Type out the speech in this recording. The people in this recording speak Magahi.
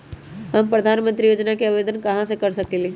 हम प्रधानमंत्री योजना के आवेदन कहा से कर सकेली?